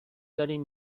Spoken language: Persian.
داریم